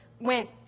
went